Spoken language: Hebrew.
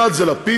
אחד זה לפיד